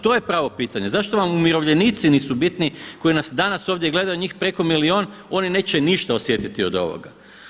To je pravo pitanje, zašto vam umirovljenici nisu bitni koji nas danas ovdje gledaju njih preko milijun, oni neće ništa osjetiti od ovoga.